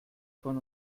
von